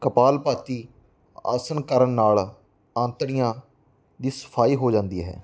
ਕਪਾਲਭਾਤੀ ਅ ਆਸਣ ਕਰਨ ਨਾਲ ਅੰਤੜੀਆਂ ਦੀ ਸਫਾਈ ਹੋ ਜਾਂਦੀ ਹੈ